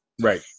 Right